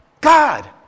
God